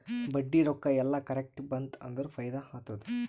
ಬಡ್ಡಿ ರೊಕ್ಕಾ ಎಲ್ಲಾ ಕರೆಕ್ಟ್ ಬಂತ್ ಅಂದುರ್ ಫೈದಾ ಆತ್ತುದ್